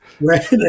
Right